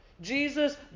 Jesus